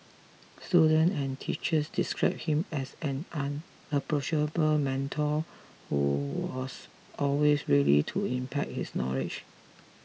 students and teachers described him as an approachable mentor who was always ready to impart his knowledge